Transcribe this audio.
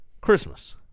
Christmas